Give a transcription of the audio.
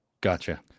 Gotcha